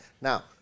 Now